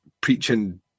preaching